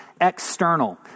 external